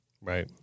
Right